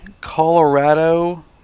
Colorado